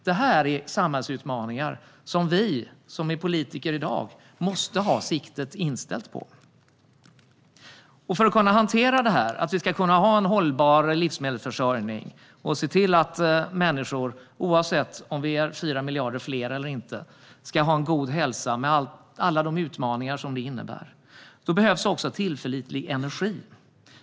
Det här är samhällsutmaningar som vi som är politiker i dag måste ha siktet inställt på. För att kunna ha en hållbar livsmedelsförsörjning och se till att människor, oavsett om vi är 4 miljarder fler eller inte, ska ha en god hälsa med alla de utmaningar som det innebär, då behövs också tillförlitlig energi.